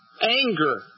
anger